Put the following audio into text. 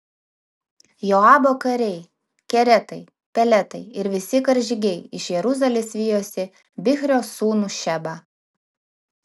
joabo kariai keretai peletai ir visi karžygiai iš jeruzalės vijosi bichrio sūnų šebą